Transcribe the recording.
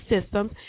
systems